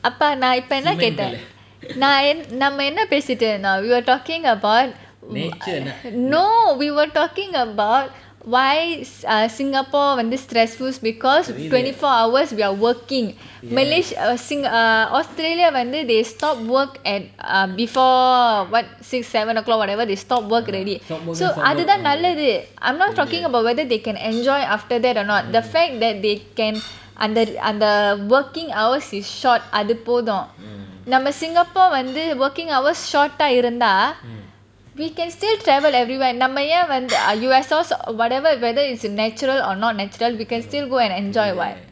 ah pa நான் இப்போ என்ன கேட்டேன்:naan ipo enna keten we were talking about mm I no we were talking about why s~ ah singapore very stressful because twenty four hours we are working malays~ ah sing~ ah australia வந்து:vanthu they stop work at err before err what six seven o'clock or whatever they stop work already so அதான் நல்லது:athan nallathu I'm not talking about whether they can enjoy after that or not the fact that they can அந்த:antha working hours is short அது போதும் நம்ம:adhu pothum namma singapore வந்து:vanthu working hours இருந்தா:iruntha we can still travel everywhere நம்ம ஏன் வந்து:namma yen vanthu U_S_A whatever whether it's natural or not natural we can still go and enjoy [what]